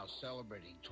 celebrating